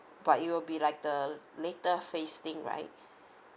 but it will be like the later phase thing right